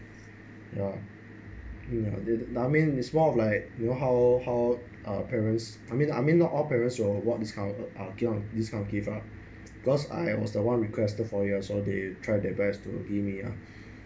ya you know the lamen is more of like your how how uh parents I mean I mean not all parents will what discount at discount give up cause I was the one requested for years or they try their best to give me ah